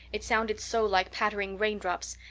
it sounded so like pattering raindrops,